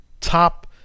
top